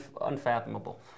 unfathomable